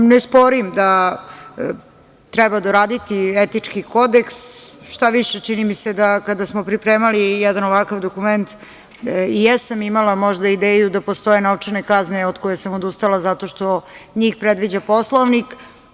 Ne sporim da treba doraditi etički Kodeks, šta više čini mi se da kada smo pripremali jedan ovakav dokument i jesam imala možda ideju da postoje novčane kazne, od koje sam odustala zato što njih predviđa Poslovnik.